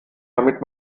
damit